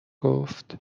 گفت